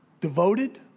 devoted